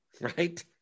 right